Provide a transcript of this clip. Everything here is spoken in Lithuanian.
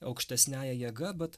aukštesniąja jėga bet